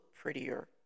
prettier